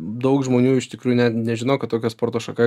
daug žmonių iš tikrųjų net nežino kad tokia sporto šaka